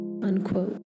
unquote